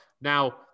Now